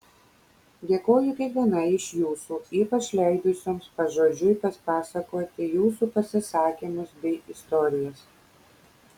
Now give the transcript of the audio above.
dėkoju kiekvienai iš jūsų ypač leidusioms pažodžiui papasakoti jūsų pasisakymus bei istorijas